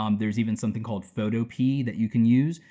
um there's even something called photopea that you can use,